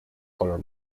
color